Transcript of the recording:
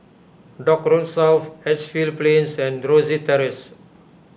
Dock Road South Edgefield Plains and Rosyth Terrace